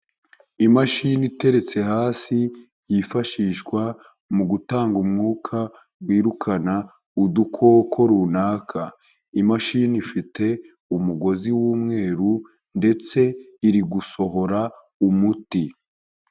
Imashini iteretse hasi, yifashishwa mu gutanga umwuka wirukana udukoko runaka, imashini ifite umugozi w'umweru ndetse iri gusohora umuti.